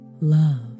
love